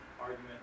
argument